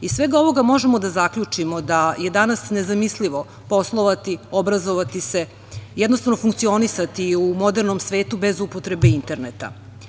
Iz svega ovoga možemo da zaključimo da je danas nezamislivo poslovati, obrazovati se, jednostavno funkcionisati u modernom svetu bez upotrebe interneta.